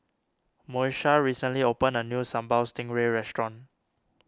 Moesha recently opened a new Sambal Stingray restaurant